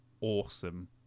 awesome